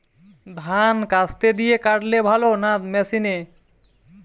ধান কাস্তে দিয়ে কাটলে ভালো না মেশিনে?